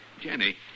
Jenny